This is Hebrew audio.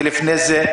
ולפני זה,